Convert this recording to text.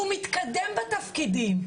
הוא מתקדם בתפקידים,